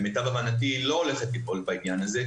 למיטב הבנתי היא לא הולכת לפעול בעניין הזה,